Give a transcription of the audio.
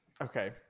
okay